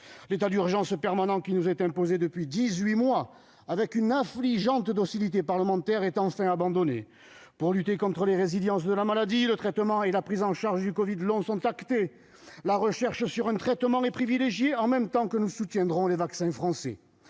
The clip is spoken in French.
L'état d'urgence permanent qui nous est imposé depuis dix-huit mois, avec une affligeante docilité parlementaire, est enfin abandonné. Pour lutter contre la résilience de la maladie, le traitement et la prise en charge du covid long sont actés. La recherche d'un traitement est privilégiée, en même temps que le soutien aux vaccins français.